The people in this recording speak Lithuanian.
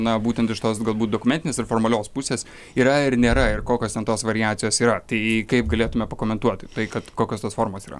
na būtent iš tos galbūt dokumentinės ir formalios pusės yra ir nėra ir kokios ten tos variacijos yra tai kaip galėtume pakomentuoti tai kad kokios tos formos yra